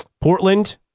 Portland